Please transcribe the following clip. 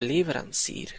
leverancier